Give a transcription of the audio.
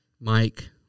Mike